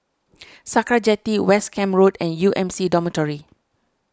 Sakra Jetty West Camp Road and U M C Dormitory